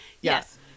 Yes